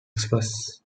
express